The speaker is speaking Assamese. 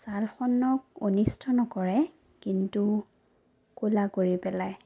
ছালখনক অনিষ্ট নকৰে কিন্তু ক'লা কৰি পেলাই